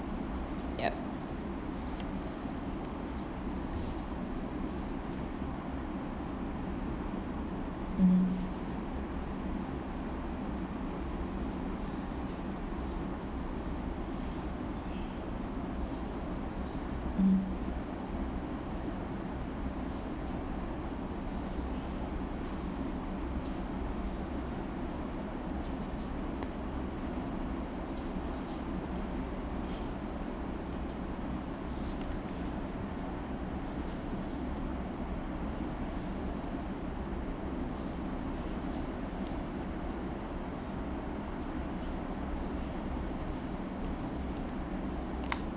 yup mmhmm mm